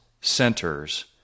centers